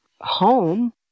home